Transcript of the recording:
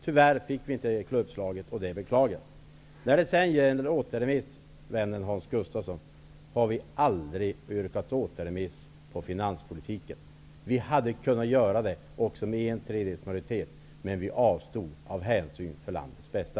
Tyvärr fick vi inte ett klubbslag för det, och det beklagar jag. När det gäller återremiss, vill jag säga till vännen Hans Gustafsson, att vi aldrig har yrkat på återremiss i finanspolitiken. Vi hade kunnat göra det, också med en tredjedels majoritet, men vi avstod av hänsyn till landets bästa.